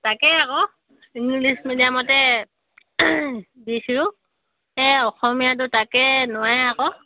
তাকে আকৌ ইংলিছ মিডিয়ামতে দিছিলোঁ সেই অসমীয়াটো তাকে নোৱাৰে আকৌ